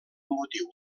motiu